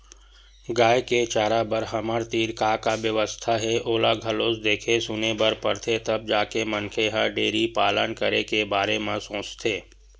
गाय के चारा बर हमर तीर का का बेवस्था हे ओला घलोक देखे सुने बर परथे तब जाके मनखे ह डेयरी पालन करे के बारे म सोचथे